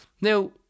Now